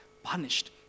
punished